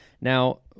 Now